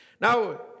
Now